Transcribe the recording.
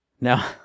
Now